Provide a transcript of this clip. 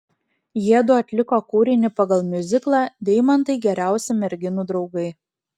jiedu atliko kūrinį pagal miuziklą deimantai geriausi merginų draugai